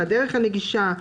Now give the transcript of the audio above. הדרך הנגישה,